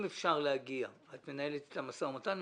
את מנהלת איתם משא ומתן.